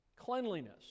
cleanliness